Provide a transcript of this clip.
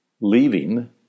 leaving